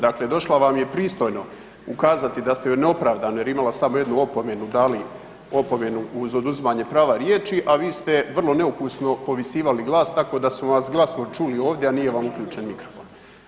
Dakle, došla vam je pristojno ukazati da ste joj neopravdano jer imala je samo jednu opomenu dali opomenu uz oduzimanja prava riječi, a vi ste vrlo neukusno povisivali glas, tako da smo vas glasno čuli ovdje, a nije vam uključen mikrofon.